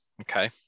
Okay